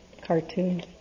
cartoon